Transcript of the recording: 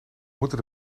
moeten